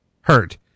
hurt